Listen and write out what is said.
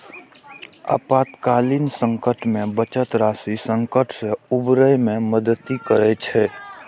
आपातकालीन संकट मे बचत राशि संकट सं उबरै मे मदति करै छै